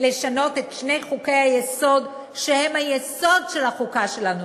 לשנות את שני חוקי-היסוד שהם היסוד של החוקה שלנו,